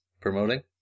promoting